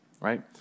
right